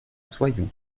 soyons